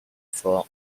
front